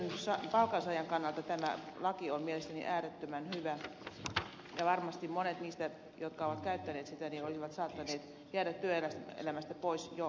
näin palkansaajan kannalta tämä laki on mielestäni äärettömän hyvä ja varmasti monet niistä jotka ovat käyttäneet sitä olisivat saattaneet jäädä työelämästä pois jo aikaisemminkin